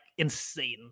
insane